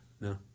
No